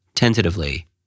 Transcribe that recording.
Tentatively